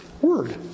word